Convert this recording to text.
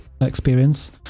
experience